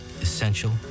essential